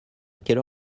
quelle